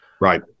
right